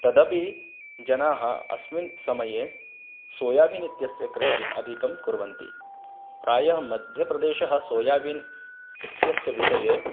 तदपि जनाः अस्मिन् समये सोयाबिन् इत्यस्य कृषिः अधिकं कुर्वन्ति प्रायः मध्यप्रदेशः सोयाबीन् इत्यस्य विषये